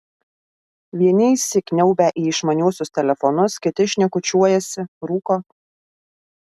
vieni įsikniaubę į išmaniuosius telefonus kiti šnekučiuojasi rūko